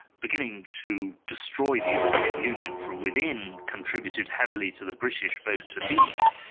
beginning to destroy the european union from within, contributed heavily to the british vote to leave.